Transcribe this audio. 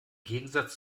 gegensatz